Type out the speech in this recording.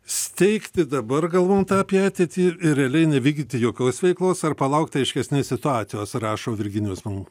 steigti dabar galvojant apie ateitį ir realiai nevykdyti jokios veiklos ar palaukti aiškesnės situacijos rašo virginijus mum